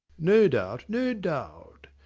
no doubt, no doubt.